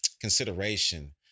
consideration